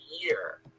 year